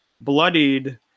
bloodied